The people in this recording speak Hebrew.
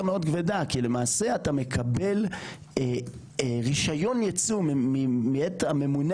מאוד כבדה כי למעשה אתה מקבל רישיון ייצוא מעת הממונה